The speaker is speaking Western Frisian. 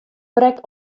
brekt